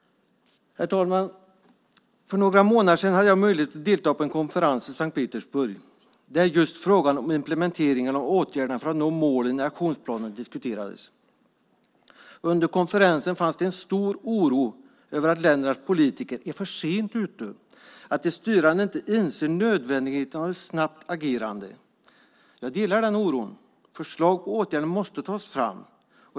Herr talman! För några månader sedan hade jag möjlighet att delta i en konferens i Sankt Petersburg där just frågan om implementeringen av åtgärderna för att nå målen i aktionsplanen diskuterades. Under konferensen fanns en stor oro över att ländernas politiker är för sent ute och att de styrande inte inser nödvändigheten av ett snabbt agerande. Jag delar den oron. Förslag på åtgärder måste tas fram.